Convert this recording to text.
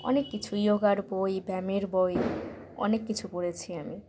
অনেক কিছুই যোগার বই ব্যায়ামের বই অনেক কিছু পড়েছি আমি